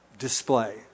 display